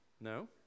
No